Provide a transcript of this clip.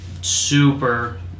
super